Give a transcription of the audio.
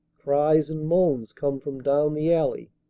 cries and moans come from down the alley.